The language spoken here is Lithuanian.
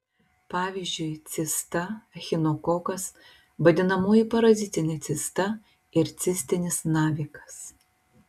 pavyzdžiui cista echinokokas vadinamoji parazitinė cista ir cistinis navikas